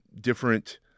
different